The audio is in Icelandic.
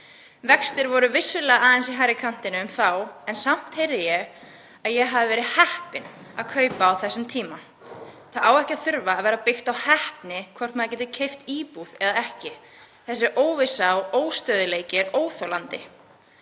Vextir voru vissulega aðeins í hærri kantinum þá en samt heyrði ég að ég hefði verið heppin að kaupa á þessum tíma. Það á ekki að þurfa að vera byggt á heppni hvort maður geti keypt íbúð eða ekki. Þessi óvissa og óstöðugleiki er óþolandi.